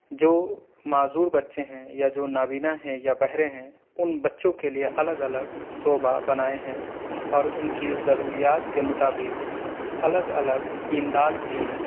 جو معذور بچے ہیں یا جو نابینا ہیں یا بہرے ہیں ان بچوں کے لئے الگ الگ شعبہ بنائے ہیں اور ان کی ضروریات کے مطابق الگ الگ امداد بھی